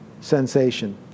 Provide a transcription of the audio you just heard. sensation